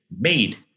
made